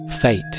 Fate